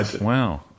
Wow